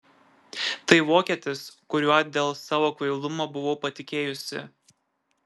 tai vokietis kuriuo dėl savo kvailumo buvau patikėjusi